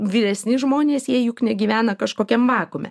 vyresni žmonės jie juk negyvena kažkokiam vakuume